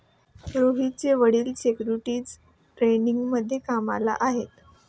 रोहितचे वडील सिक्युरिटीज ट्रेडिंगमध्ये कामाला आहेत